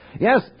Yes